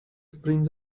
springs